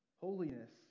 Holiness